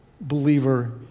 believer